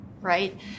right